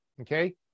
okay